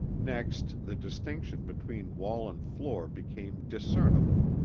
next, the distinction between wall and floor became discernible,